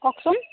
কওকচোন